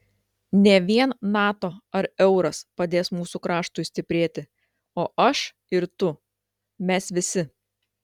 ne vien nato ar euras padės mūsų kraštui stiprėti o aš ir tu mes visi